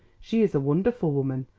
she is a wonderful woman,